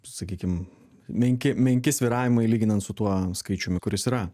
sakykim menki menki svyravimai lyginant su tuo skaičiumi kuris yra